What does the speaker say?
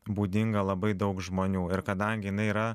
būdinga labai daug žmonių ir kadangi jinai yra